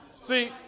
See